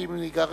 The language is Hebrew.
ואם הוא ייגרר,